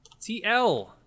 TL